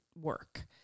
work